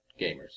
gamers